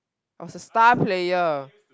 I was a star player